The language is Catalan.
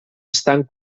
estan